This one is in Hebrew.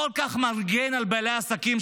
כל כך מגן על בעלי העסקים,